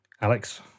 Alex